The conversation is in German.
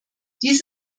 dies